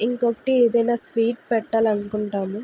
ఇంకొకటి ఏదైనా స్వీట్ పెట్టాలి అనుకుంటాము